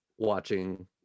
watching